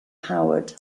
howard